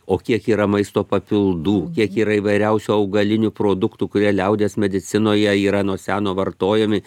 o kiek yra maisto papildų kiek yra įvairiausių augalinių produktų kurie liaudies medicinoje yra nuo seno vartojami